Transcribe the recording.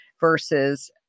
versus